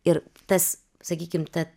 ir tas sakykim ta